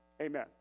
amen